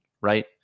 right